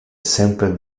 sempre